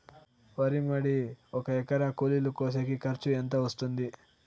వరి మడి ఒక ఎకరా కూలీలు కోసేకి ఖర్చు ఎంత వస్తుంది?